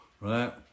right